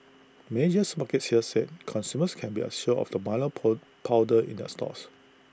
major supermarkets here said consumers can be assured of the milo po powder in their stores